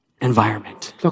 environment